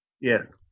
Yes